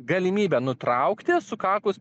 galimybę nutraukti sukakus